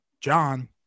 John